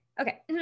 okay